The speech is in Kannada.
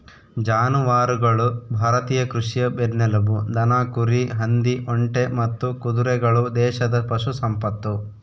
ಜಾನುವಾರುಗಳು ಭಾರತೀಯ ಕೃಷಿಯ ಬೆನ್ನೆಲುಬು ದನ ಕುರಿ ಹಂದಿ ಒಂಟೆ ಮತ್ತು ಕುದುರೆಗಳು ದೇಶದ ಪಶು ಸಂಪತ್ತು